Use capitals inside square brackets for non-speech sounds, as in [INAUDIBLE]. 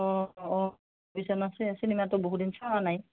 অঁ অঁ [UNINTELLIGIBLE] চিনেমাটো বহু দিন চোৱা নাই